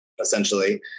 essentially